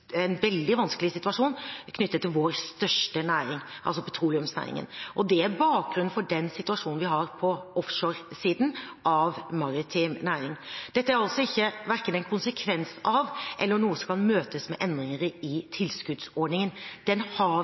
veldig vanskelig situasjon knyttet til vår største næring, altså petroleumsnæringen. Det er bakgrunnen for den situasjonen vi har på offshoresiden av maritim næring. Dette er altså verken en konsekvens av eller noe som kan møtes med endringer i tilskuddsordningen. Den